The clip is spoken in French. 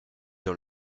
dans